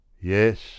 yes